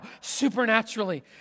supernaturally